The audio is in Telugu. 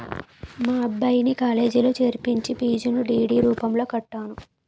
మా అబ్బాయిని కాలేజీలో చేర్పించి ఫీజును డి.డి రూపంలో కట్టాను